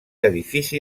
edifici